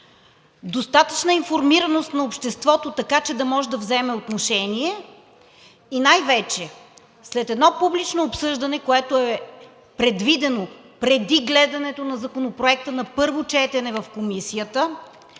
достатъчна информираност за обществото, така че да може да се вземе отношение най-вече след едно публично обсъждане, което е предвидено преди гледането на законопроекта на първо четене в комисията,